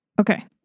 Okay